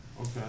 Okay